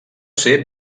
ser